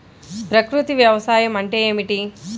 ప్రకృతి వ్యవసాయం అంటే ఏమిటి?